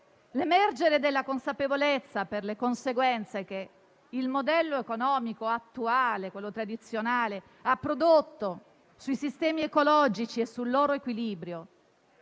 L'emergere della consapevolezza delle conseguenze che il modello economico attuale (quello tradizionale) ha prodotto sui sistemi ecologici e sul loro equilibrio